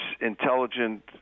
intelligent